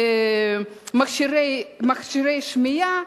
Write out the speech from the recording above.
מכשירי שמיעה.